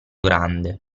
grande